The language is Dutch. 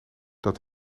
dat